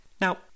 Now